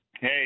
Hey